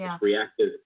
reactive